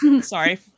sorry